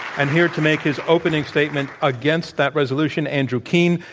and here to make his opening statement against that resolution, andrew keen,